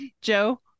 joe